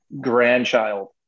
grandchild